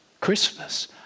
Christmas